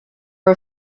are